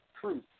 truth